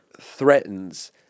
threatens